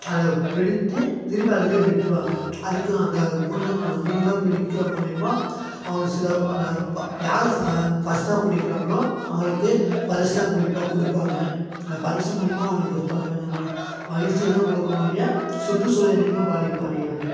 அதை பிடித்து திருப்பி அதுலேயே விட்டுருவாங்க அதுக்கு அந்த மூலியமாக அந்த மீனலாம் பிடிக்கிறது மூலியமாக அவங்க சிலபல யார் ஃபஸ்ட்டு பிடிக்கிறாங்களோ அவங்களுக்கு பரிசுலாம் கொடுப்பாங்க பரிசு மூலியமாக அவங்களுக்கு பலவிதமான மகிழ்ச்சியை தான் கொடுக்குமே ஒழிய சுற்றுசூழல் என்னைக்கும் பாதிப்பு அடையாது